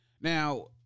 Now